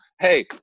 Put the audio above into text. hey